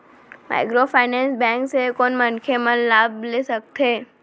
Microfinance bank से कोन मनखे मन लाभ ले सकथे?